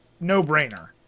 no-brainer